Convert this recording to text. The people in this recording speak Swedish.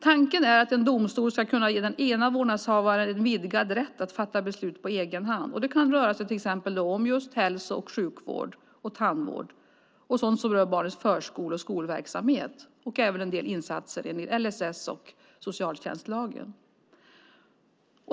Tanken är att en domstol ska kunna ge den ena vårdnadshavaren en vidgad rätt att fatta beslut på egen hand. Det kan röra sig om till exempel hälso och sjukvård, tandvård, barnets förskole och skolverksamhet och även en del insatser enligt LSS och socialtjänstlagen.